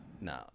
No